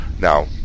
Now